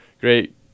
great